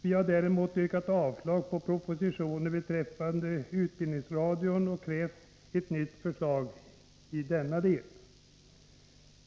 Vi har däremot yrkat avslag på propositionens förslag beträffande utbildningsradion och krävt ett nytt förslag i denna del.